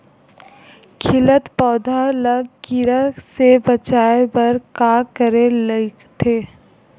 खिलत पौधा ल कीरा से बचाय बर का करेला लगथे?